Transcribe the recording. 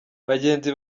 bagenzi